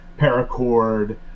paracord